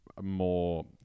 more